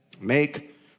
Make